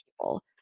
people